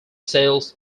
sales